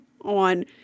on